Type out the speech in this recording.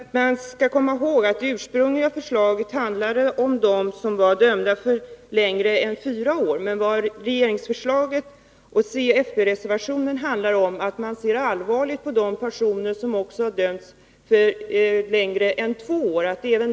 Herr talman! Jag tror att man skall komma ihåg att det ursprungliga förslaget handlade om dem som var dömda till längre straff än fyra år. Men regeringsförslaget och c-fp-reservationen handlar om att man också ser allvarligt på de personer som har dömts till straff på två år och däröver.